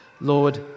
Lord